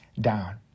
down